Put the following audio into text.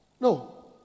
No